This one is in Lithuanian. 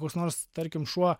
koks nors tarkim šuo